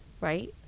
right